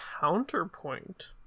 Counterpoint